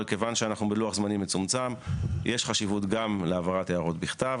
אבל כיוון שאנחנו בלוח זמנים מצומצם יש חשיבות גם להעברת הערות בכתב.